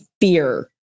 fear